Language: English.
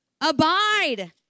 Abide